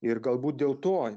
ir galbūt dėl to